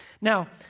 Now